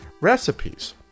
recipes